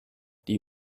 die